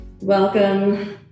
Welcome